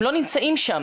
הם לא נמצאים שם,